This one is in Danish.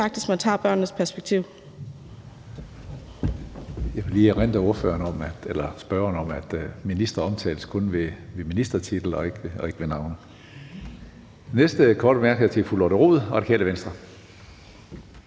faktisk, at man tager børnenes parti.